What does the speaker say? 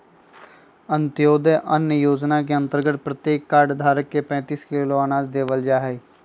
अंत्योदय अन्न योजना के अंतर्गत प्रत्येक कार्ड धारक के पैंतीस किलो अनाज देवल जाहई